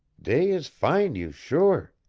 dey is fine you sure.